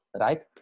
right